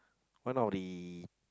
one of the